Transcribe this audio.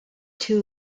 two